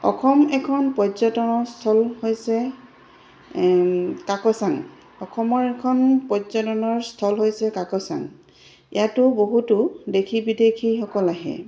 অসম এখন পৰ্যটনৰ স্থল হৈছে কাকচাং অসমৰ এখন পৰ্যটনৰ স্থল হৈছে কাকচাং ইয়াতো বহুতো দেশী বিদেশীসকল আহে